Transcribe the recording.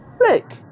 Look